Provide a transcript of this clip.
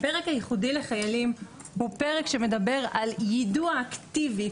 הפרק הייחודי לחיילים הוא פרק שמדבר על יידוע אקטיבי.